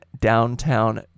downtown